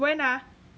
when ah